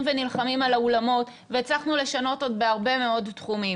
ונלחמים על האולמות והצלחנו לשנות עוד בהרבה מאוד תחומים.